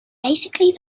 basically